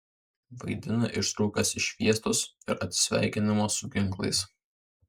vaidina ištraukas iš fiestos ir atsisveikinimo su ginklais